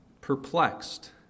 perplexed